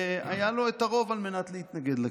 היה לו הרוב להתנגד לכך.